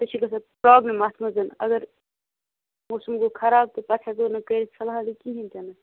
سُہ چھِ گژھان پرٛابلِم اَتھ منٛز اگر موسم گوٚو خراب تہٕ پَتہٕ ہیکو نہٕ کٔرِتھ فلحال یہِ کِہیٖنۍ تہِ نہٕ